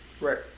Right